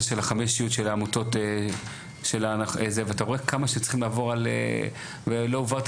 של הארנונה של העמותות ואתה רואה כמה שצריך לעבור ולא עברת